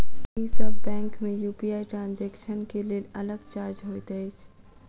की सब बैंक मे UPI transaction केँ लेल अलग चार्ज होइत अछि?